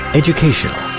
educational